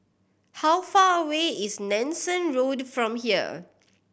how far away is Nanson Road from here